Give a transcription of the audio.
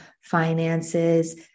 finances